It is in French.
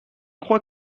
crois